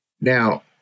now